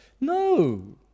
No